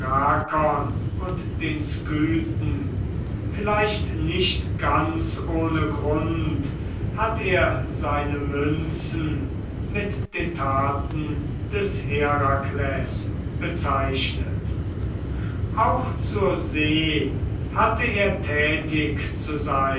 und den skythen vielleicht nicht ganz ohne grund hat er seine münzen mit den taten des herakles bezeichnet auch zur see hatte er tätig zu sein